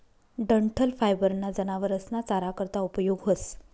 डंठल फायबर ना जनावरस ना चारा करता उपयोग व्हस